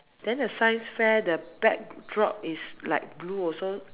then the science fair the backdrop is like blue also